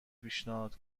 پیشنهاد